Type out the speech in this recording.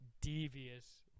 Devious